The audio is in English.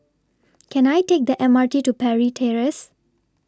Can I Take The M R T to Parry Terrace